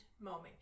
moment